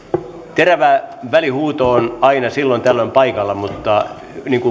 terävä välihuuto on aina silloin tällöin paikallaan mutta